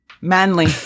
Manly